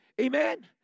Amen